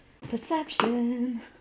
perception